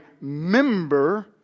member